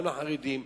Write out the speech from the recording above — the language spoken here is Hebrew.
גם לחרדים,